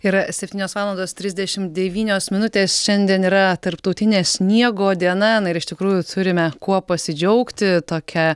yra septynios valandos trisdešimt devynios minutės šiandien yra tarptautinė sniego diena na ir iš tikrųjų turime kuo pasidžiaugti tokia